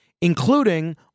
including